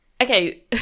Okay